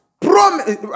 promise